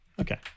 Okay